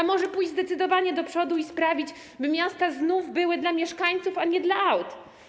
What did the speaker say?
A może pójść zdecydowanie do przodu i sprawić, by miasta znów były dla mieszkańców, a nie dla aut?